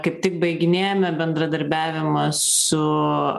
kaip tik baiginėjame bendradarbiavimą su